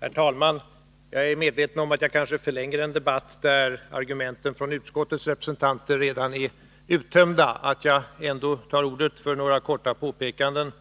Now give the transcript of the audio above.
Herr talman! Jag är medveten om att jag kanske förlänger en debatt där utskottsrepresentanternas argument redan är uttömda. Att jag ändå har begärt ordet för att göra några korta påpekanden